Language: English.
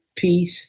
peace